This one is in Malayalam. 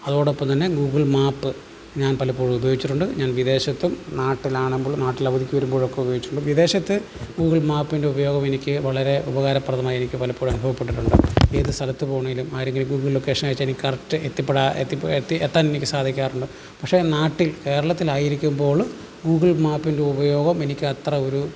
അതോടൊപ്പം തന്നെ ഗൂഗിൾ മാപ്പ് ഞാൻ പലപ്പോഴും ഉപയോഗിച്ചിട്ടുണ്ട് ഞാൻ വിദേശത്തും നാട്ടിലാണുമ്പോളും നാട്ടിൽ അവധിക്ക് വരുമ്പോഴൊക്കെ ഉപയോഗിച്ചിട്ടുണ്ട് വിദേശത്ത് ഗൂഗിൾ മാപ്പിൻ്റെ ഉപയോഗം എനിക്ക് വളരെ ഉപകാരപ്രദമായി എനിക്ക് പലപ്പോഴും അനുഭവപ്പെട്ടിട്ടുണ്ട് ഏത് സ്ഥലത്ത് പോകണേലും ആരെങ്കിലും ഗൂഗിൾ ലൊക്കേഷൻ അയച്ചാല് എനിക്ക് കറക്ട് എത്തിപ്പെടാ എത്തിപ്പെ എത്തി എത്താൻ എനിക്ക് സാധിക്കാറുണ്ട് പക്ഷെ നാട്ടിൽ കേരളത്തിലായിരിക്കുമ്പോളും ഗൂഗിൾ മാപ്പിൻ്റെ ഉപയോഗം എനിക്ക് അത്ര ഒരു